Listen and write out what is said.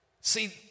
See